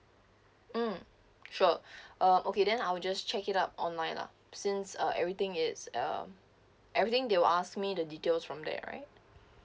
mm sure uh okay then I will just check it up online lah since uh everything is uh everything they will ask me the details from there right